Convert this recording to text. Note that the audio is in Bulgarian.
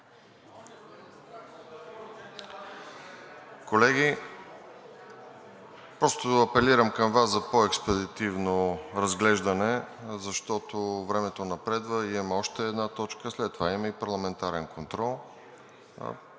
Колеги, апелирам към Вас за по-експедитивно разглеждане, защото времето напредва, имаме още една точка, а след това имаме и парламентарен контрол.